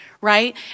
right